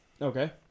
Okay